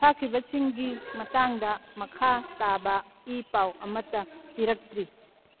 ꯐꯥꯈꯤꯕꯁꯤꯡꯒꯤ ꯃꯇꯥꯡꯗ ꯃꯈꯥ ꯇꯥꯕ ꯏꯤ ꯄꯥꯎ ꯑꯃꯠꯇ ꯄꯤꯔꯛꯇ꯭ꯔꯤ